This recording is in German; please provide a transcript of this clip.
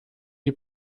die